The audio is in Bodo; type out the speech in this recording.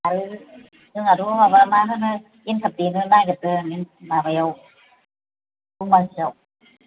आरो जोंहाथ' माबा मा होनो एन्थाब देनो नागिरदों माबायाव दमासियाव